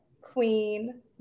queen